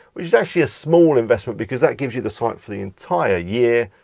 which is actually a small investment, because that gives you the site for the entire year,